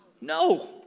No